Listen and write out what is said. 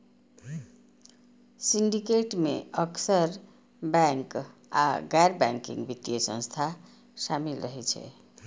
syndicate मे अक्सर bank आ गैर बैंकिंग वित्तीय संस्था शामिल रहै छै